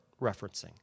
referencing